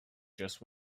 just